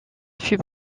fut